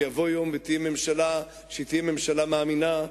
יבוא יום ותהיה ממשלה שתהיה ממשלה מאמינה,